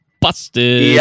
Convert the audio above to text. busted